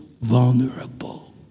vulnerable